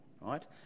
right